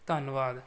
ਧੰਨਵਾਦ